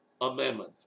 Amendment